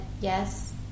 Yes